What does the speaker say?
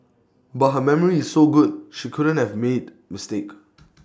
but her memory is so good she couldn't have made mistake